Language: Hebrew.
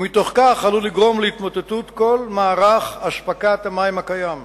ומתוך כך עלול לגרום להתמוטטות כל מערך אספקת המים הקיים.